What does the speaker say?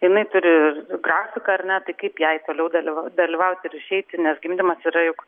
jinai turi grafiką ar ne tai kaip jai toliau daliva dalyvauti ir išeiti nes gimdymas yra juk